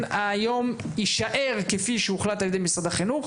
היום יישאר כפי שהוחלט על ידי משרד החינוך,